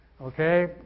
Okay